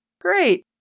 Great